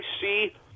see